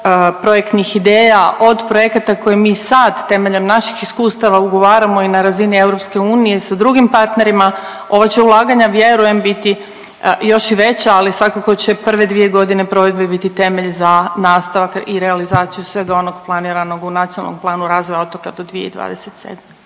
projektnih ideja, od projekata koje mi sad temeljem naših iskustava ugovaramo i na razini EU sa drugim partnerima ova će ulaganja vjerujem biti još i veća, ali svakako će prve dvije godine provedbe biti temelj za nastavak i realizaciju svega onog planiranog u Nacionalnom planu razvoja otoka do 2027.